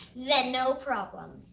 then no problem!